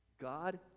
God